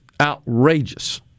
outrageous